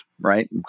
right